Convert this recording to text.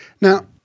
Now